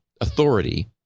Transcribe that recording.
authority